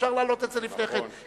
אפשר להעלות את זה לפני כן,